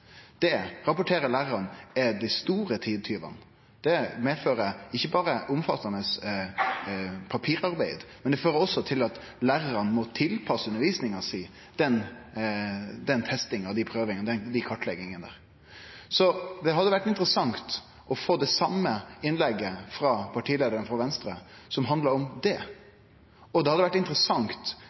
Det rapporterer lærarane at er dei store tidstjuvane. Det medfører ikkje berre omfattande papirarbeid, det fører også til at lærarane må tilpasse undervisninga si til den testinga, dei prøvene og dei kartleggingane. Det hadde vore interessant å få eit innlegg frå partileiaren i Venstre som handla om det, og det hadde vore interessant